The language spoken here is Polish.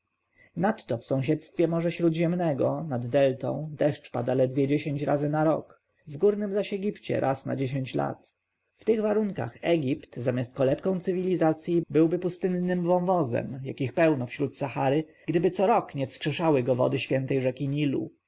nadto w sąsiedztwie morza śródziemnego nad deltą deszcz pada ledwie dziesięć razy na rok w górnym zaś egipcie raz na dziesięć lat w tych warunkach egipt zamiast kolebką cywilizacji byłby pustynnym wąwozem jakich pełno wśród sahary gdyby co roku nie wskrzeszały go wody świętej rzeki nilu